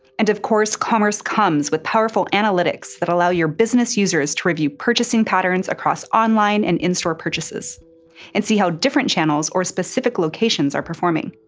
and of course commerce comes with powerful analytics that allow your business users to review purchasing patterns across online and in-store purchases and see how different channels or specific locations are performing.